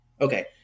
Okay